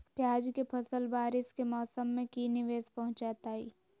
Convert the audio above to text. प्याज के फसल बारिस के मौसम में की निवेस पहुचैताई?